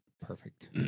Perfect